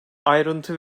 ayrıntı